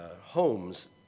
homes